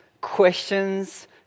questions